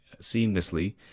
seamlessly